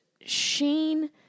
sheen